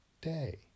day